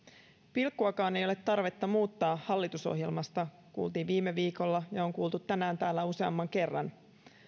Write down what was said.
pilkkuakaan ei ole tarvetta muuttaa hallitusohjelmasta kuultiin viime viikolla ja on kuultu tänään täällä useamman kerran